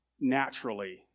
naturally